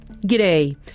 G'day